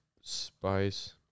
Spice